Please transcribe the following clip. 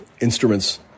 instruments